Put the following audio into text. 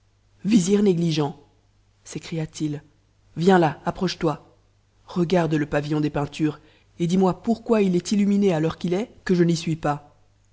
négligent sécria t l viens ça approche-toi regarde le pavillon des peintures et dis m pourquoi il est illuminé à l'heure qu'il est que je n'y suis pas